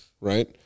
right